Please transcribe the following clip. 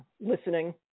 Listening